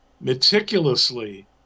meticulously